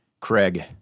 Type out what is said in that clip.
Craig